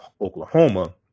Oklahoma